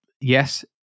yes